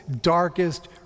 darkest